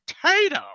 potato